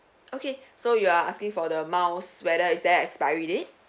okay so you are asking for the miles whether is there expiry date